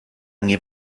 nie